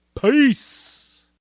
Peace